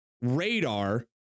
radar